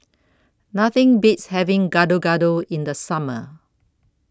Nothing Beats having Gado Gado in The Summer